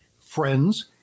friends